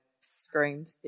screamed